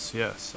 yes